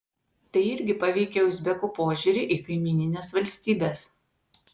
tai irgi paveikė uzbekų požiūrį į kaimynines valstybes